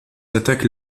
attaquent